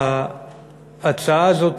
ההצעה הזאת,